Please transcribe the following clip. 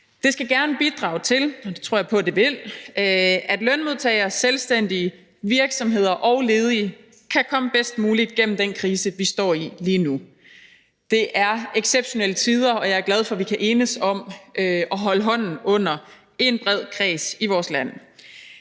Det skal gerne bidrage til – og det tror jeg på at det vil – at lønmodtagere, selvstændige, virksomheder og ledige kan komme bedst muligt igennem den krise, vi står i lige nu. Det er exceptionelle tider, og jeg er glad for, at vi kan enes om at holde hånden under en bred kreds i vores land.